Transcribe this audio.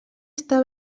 està